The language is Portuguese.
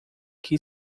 que